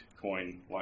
coin